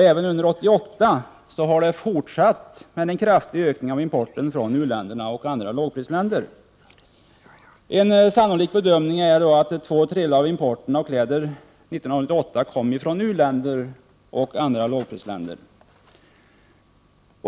Även under 1988 har det skett en fortsatt kraftig ökning av importen från dessa länder. En sannolik bedömning är att två tredjedelar av klädimporten år 1988 kom från u-länder och andra lågprisländer.